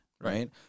Right